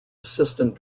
assistant